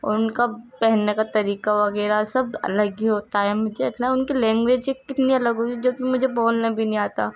اور ان کا پہننے کا طریقہ وغیرہ سب الگ ہی ہوتا ہے ان کی لینگویج کتنی الگ ہوگی جب کہ مجھے بولنا بھی نہیں آتا